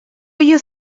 you